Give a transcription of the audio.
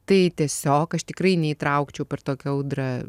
tai tiesiog aš tikrai neįtraukčiau per tokią audrą